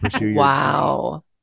Wow